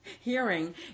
hearing